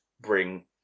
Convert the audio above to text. bring